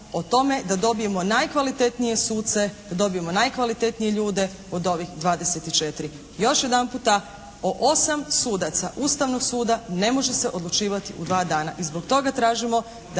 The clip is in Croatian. o tome da dobijemo najkvalitetnije suce, da dobijemo najkvalitetnije ljude od ovih 24. Još jedanputa o 8 sudaca Ustavnog suda ne može se odlučivati u dva dana